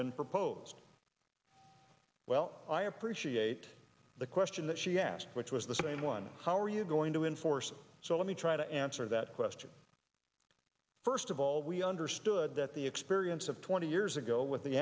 been proposed well i appreciate the question that she asked which was the same one how are you going to enforce it so let me try to answer that question first of all we understood that the experience of twenty years ago with the